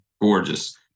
gorgeous